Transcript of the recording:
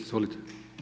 Izvolite.